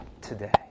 today